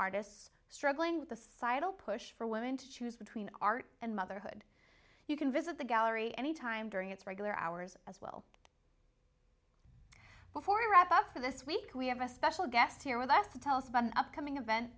artists struggling with the societal push for women to choose between art and motherhood you can visit the gallery any time during its regular hours as well before we wrap up for this week we have a special guest here with after tell us about an upcoming event